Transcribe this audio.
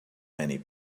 many